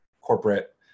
corporate